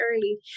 early